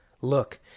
Look